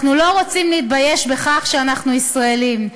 לא רוצים להתבייש בכך שאנחנו ישראלים.